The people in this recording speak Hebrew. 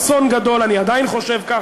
מה לעשות, אני כמו,